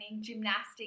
gymnastics